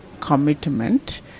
commitment